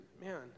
man